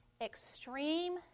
extreme